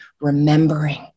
remembering